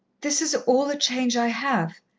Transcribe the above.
this is all the change i have,